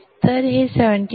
5 volt